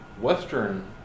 Western